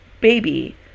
baby